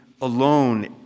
alone